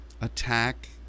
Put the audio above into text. attack